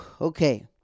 Okay